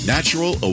Natural